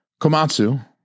Komatsu